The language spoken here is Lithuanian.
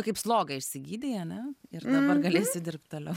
kaip slogą išsigydei ane ir dabar galėsi dirbt toliau